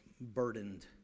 burdened